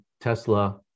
Tesla